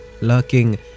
lurking